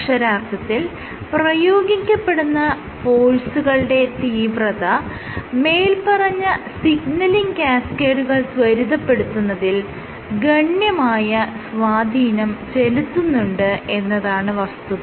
അക്ഷരാർത്ഥത്തിൽ പ്രയോഗിക്കപ്പെടുന്ന ഫോഴ്സുകളുടെ തീവ്രത മേല്പറഞ്ഞ സിഗ്നലിങ് കാസ്കേഡുകൾ ത്വരിതപ്പെടുത്തുന്നതിൽ ഗണ്യമായ സ്വാധീനം ചെലുത്തുന്നുണ്ട് എന്നതാണ് വസ്തുത